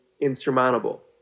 insurmountable